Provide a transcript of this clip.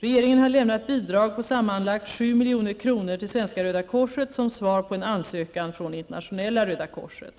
Regeringen har lämnat bidrag på sammanlagt 7 milj.kr. till svenska Röda korset som svar på en ansökan från internationella Röda korset.